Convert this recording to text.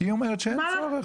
היא אומרת שאין צורך.